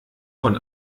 von